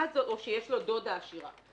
או מי שיש לו דודה עשירה.